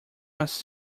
was